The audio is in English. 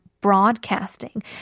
broadcasting